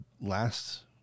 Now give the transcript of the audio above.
last